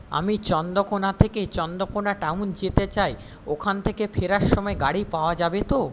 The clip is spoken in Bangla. আমি চন্দ্রকোনা থেকেই চন্দ্রকোনা টাউন যেতে চাই ওখান থেকে ফেরার সময় গাড়ি পাওয়া যাবে তো